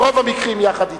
ברוב המקרים יחד אתכם.